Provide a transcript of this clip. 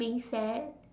being spare